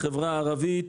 בחברה הערבית,